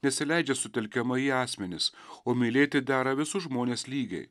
nesileidžia sutelkiama į asmenis o mylėti dera visus žmones lygiai